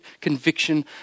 conviction